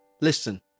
Listen